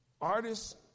artists